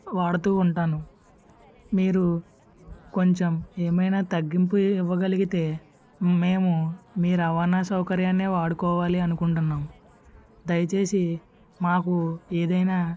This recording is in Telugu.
వాడుతూ ఉంటాను మీరు కొంచెం ఏమైనా తగ్గింపు ఇవ్వగలిగితే మేము మీ రవాణా సౌకర్యాన్నే వాడుకోవాలి అనుకుంటున్నాము దయచేసి మాకు ఏదైనా